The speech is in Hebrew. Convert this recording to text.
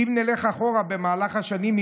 כי אם נלך אחורה במהלך השנים,